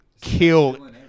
kill